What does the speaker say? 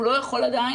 הוא לא יכול עדיין,